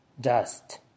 dust